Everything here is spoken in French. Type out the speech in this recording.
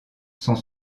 sont